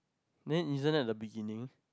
then isn't it the beginning